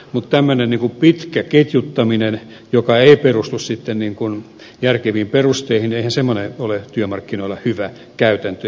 mutta eihän tämmöinen pitkä ketjuttaminen joka ei perustu järkeviin perusteihin ole työmarkkinoilla hyvä käytäntö